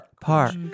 Park